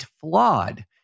flawed